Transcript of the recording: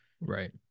right